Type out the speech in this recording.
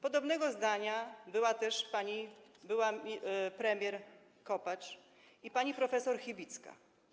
Podobnego zdania były też pani była premier Kopacz i pani prof. Chybicka.